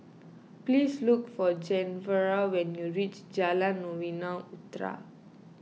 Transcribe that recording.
please look for Genevra when you reach Jalan Novena Utara